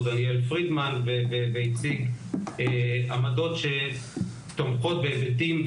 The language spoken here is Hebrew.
דניאל פרידמן והציג עמדות שתומכות בהיבטים,